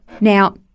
Now